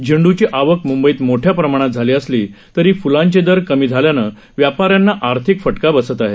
झेंडूची आवक मुंबईत मोठ्या प्रमाणात झाली असली तरी फुलांचे दर कमी झाल्यानं व्यापाऱ्याना आर्थिक फटका बसत आहे